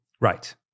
Right